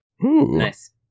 Nice